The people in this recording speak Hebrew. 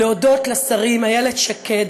לשרים איילת שקד,